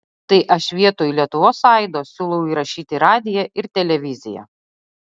tai aš vietoj lietuvos aido siūlau įrašyti radiją ir televiziją